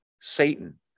Satan